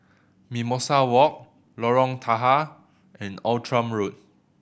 Mimosa Walk Lorong Tahar and Outram Road